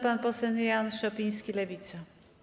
Pan poseł Jan Szopiński, Lewica.